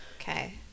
Okay